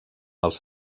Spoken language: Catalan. els